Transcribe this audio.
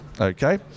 Okay